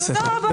תודה רבה.